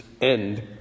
end